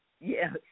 Yes